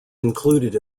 included